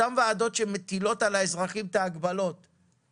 אותן ועדות שמטילות הגבלות על האזרחים בנושאים שונים,